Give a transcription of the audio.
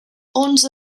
onze